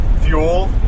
Fuel